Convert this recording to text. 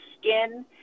skin